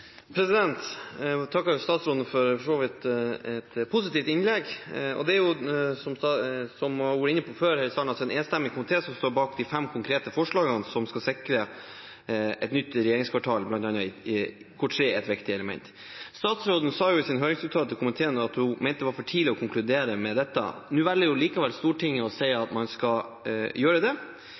rekken. Jeg vil takke statsråden for et for så vidt positivt innlegg. Det er jo, som hun var inne på før, en enstemmig komité som står bak de fem konkrete forslagene som skal sikre et nytt regjeringskvartal der tre er et viktig element. Statsråden sa i sin høringsuttalelse til komiteen at hun mente det var for tidlig å konkludere med dette. Nå velger likevel Stortinget å si at man skal gjøre det.